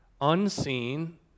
unseen